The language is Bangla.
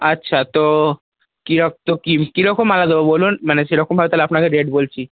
আচ্ছা তো তো কীরকম মালা দেব বলুন তো সেরকমভাবে তাহলে আপনাকে রেট বলছি